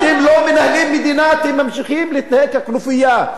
אתם לא מנהלים מדינה, אתם ממשיכים להתנהג ככנופיה.